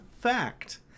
fact